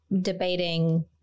debating